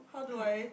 how do I